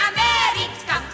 America